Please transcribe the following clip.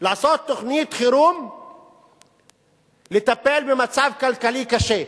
לעשות תוכנית חירום לטיפול במצב כלכלי קשה,